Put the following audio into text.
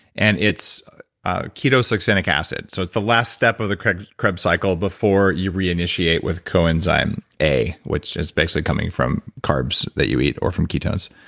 and it's ah keto-succinic acid. so it's the last step of the krebs krebs cycle before you reinitiate with coenzyme a, which is basically coming from carbs that you eat, or from ketones.